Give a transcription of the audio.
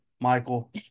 Michael